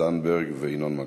זנדברג וינון מגל.